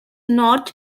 north